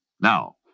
Now